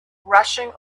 rushing